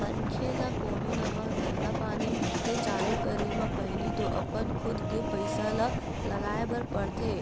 मनखे ल कोनो नवा धंधापानी के चालू करे म पहिली तो अपन खुद के पइसा ल लगाय बर परथे